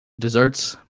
desserts